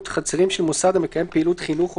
חלוקת הצוות של מסגרת הרווחה והמשתתפים בפעילות בה